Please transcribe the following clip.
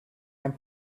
and